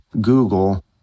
Google